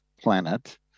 planet